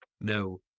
No